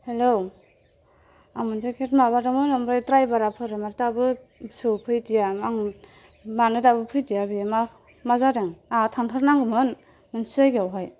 हेल' आं मोनसे केब माबादोंमोन आमफ्राय ड्राइभार बोरो माथो दाबो सफैदिया आं मानो दाबो फैदिया बियो मा जादों आंहा थांथार नांगौमोन मोनसे जायगायावहाय